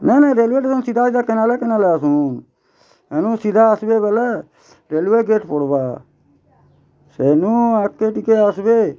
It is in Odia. ନାଇଁ ନାଇଁ ରେଲ୍ୱେ ଷ୍ଟେସନ୍ ସିଧା ସିଧା କେନାଲେ କେନାଲେ ଆସୁନ୍ ହେନୁ ସିଧା ଆସ୍ବେ ବେଲେ ରେଲ୍ୱେ ଗେଟ୍ ପଡ଼୍ବା ସେନୁ ଆଗ୍କେ ଟିକେ ଆସ୍ବେ